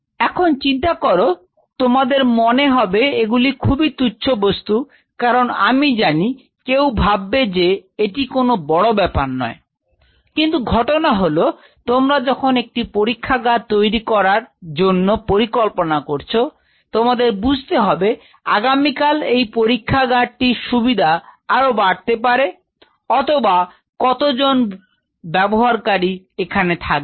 এখন চিন্তা করো তোমাদের মনে হবে এগুলি খুবই তুচ্ছ বস্তু কারণ আমি জানি কেউ ভাববে যে এটি কোন বড় ব্যাপার নয় কিন্তু ঘটনা হলো তোমরা যখন একটি পরীক্ষাগার তৈরি করার জন্য পরিকল্পনা করছ তোমাদের বুঝতে হবে আগামীকাল এই পরীক্ষা গাছটির সুবিধা আরো বাড়তে পারে অথবা কতজন ব্যবহারকারী এখানে থাকবে